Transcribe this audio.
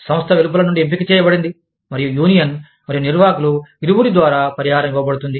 సంస్థ వెలుపల నుండి ఎంపిక చేయబడింది మరియు యూనియన్ మరియు నిర్వాహకులు ఇరువురి ద్వారా పరిహారం ఇవ్వబడుతుంది